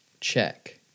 check